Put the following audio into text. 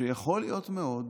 שיכול להיות מאוד